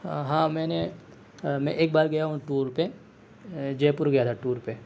ہاں میں نے میں ایک بار گیا ہوں ٹور پہ جے پور گیا تھا ٹور پہ